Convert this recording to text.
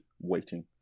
waiting